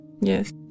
Yes